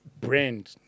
brand